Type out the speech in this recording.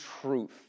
truth